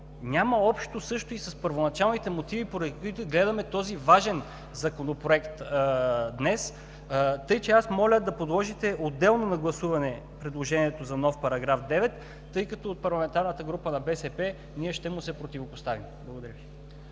Няма общо с първоначалните мотиви, поради които гледаме този важен Законопроект днес. Моля да подложите отделно на гласуване предложението за нов § 9, тъй като ние от парламентарната група на БСП ще му се противопоставим. Благодаря Ви.